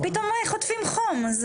פתאום חוטפים חום.